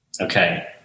okay